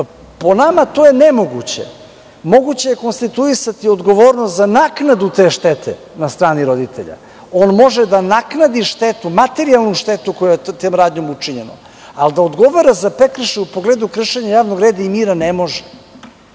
Po nama, to je nemoguće. Moguće je konstituisati odgovornost za naknadu te štete na strani roditelja. On može da naknadi materijalnu štetu koja je tom radnjom učinjena, ali da odgovara za prekršaj u pogledu kršenja javnog reda i mira, ne može.